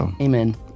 Amen